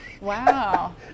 Wow